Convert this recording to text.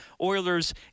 Oilers